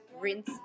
rinse